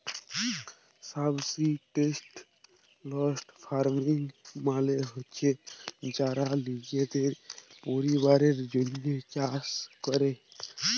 subsistence farming মালে হছে যারা লিজের পরিবারের জ্যনহে চাষ ক্যরে